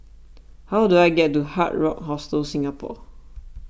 how do I get to Hard Rock Hostel Singapore